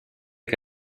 che